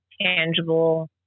tangible